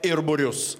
ir būrius